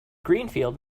greenfield